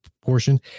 portion